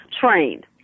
trained